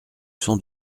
son